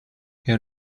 que